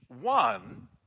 one